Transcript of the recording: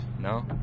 No